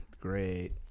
Great